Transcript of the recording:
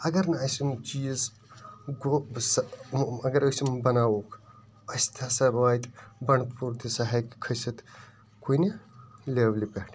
اگر نہٕ اَسہِ یِم چیٖز گوٚو أسۍ ہسا اگر أسۍ یم بناوہوکھ اَسہِ تہِ ہَسا واتہِ بنٛڈپور تہِ سۄ ہیٚکہِ کھٔسِتھ کُنہِ لیٚولہِ پٮ۪ٹھ